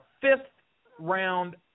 fifth-round